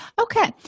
Okay